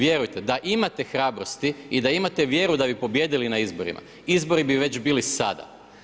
Vjerujte da imate hrabrosti i da imate vjeru da bi pobijedili na izborima izbori bi već bili sada.